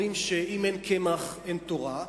אומרים שאם אין קמח אין תורה,